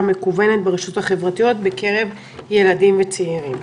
המקוונת ברשתות החברתיות בקרב ילדים וצעירים.